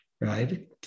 right